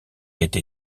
été